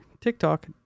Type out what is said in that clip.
TikTok